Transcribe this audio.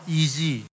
easy